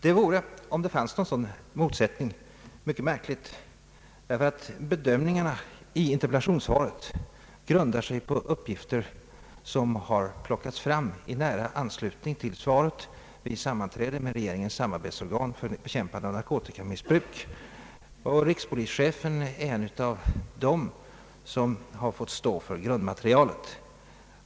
Det vore mycket märkligt om det fanns en sådan motsättning, ty bedömningarna i interpellationssvaret grundar sig på uppgifter från ett sammanträde med regeringens samarbetsorgan för bekämpande av narkotikamissbruk. Rikspolischefen är en av dem som stått för grundmaterialet.